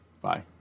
Bye